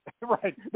right